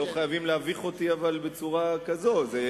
אבל לא חייבים להביך אותי בצורה כזאת,